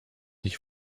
nicht